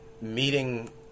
meeting